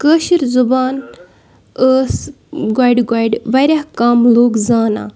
کٲشِر زبان ٲس گۄڈِ گۄڈِ واریاہ کَم لُکھ زانان